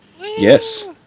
Yes